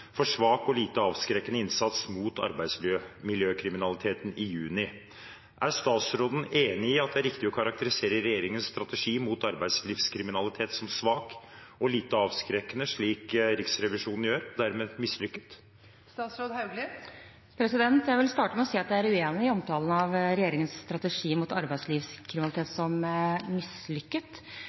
for «svak og lite avskrekkende innsats mot arbeidsmiljøkriminalitet» i juni. Er statsråden enig i at det er riktig å karakterisere regjeringens strategi mot arbeidslivskriminalitet som svak, lite avskrekkende og dermed mislykket?» Jeg vil starte med å si at jeg er uenig i omtalen av regjeringens strategi mot arbeidslivskriminalitet som mislykket.